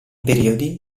periodi